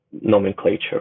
nomenclature